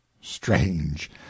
Strange